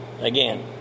Again